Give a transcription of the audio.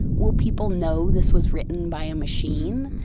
will people know this was written by a machine?